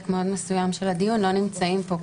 מאוד מסוים של הדיון לא נמצאים פה,